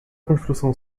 construção